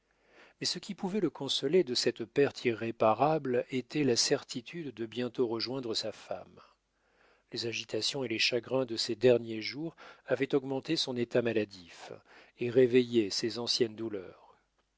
mais ce qui pouvait le consoler de cette perte irréparable était la certitude de bientôt rejoindre sa femme les agitations et les chagrins de ces derniers jours avaient augmenté son état maladif et réveillé ses anciennes douleurs